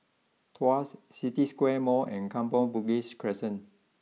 Tuas City Square Mall and Kampong Bugis Crescent